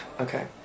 Okay